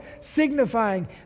signifying